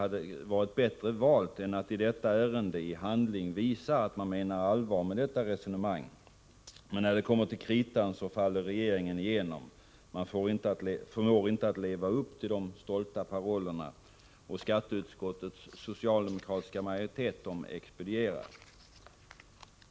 I samband med behandlingen av detta ärende kan man således i handling visa att man menar allvar med detta resonemang. Men när det kommer till kritan faller regeringen igenom. Man förmår inte leva upp till sina stolta paroller, och skatteutskottets socialdemokratiska majoritet expedierar.